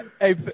Hey